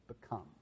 become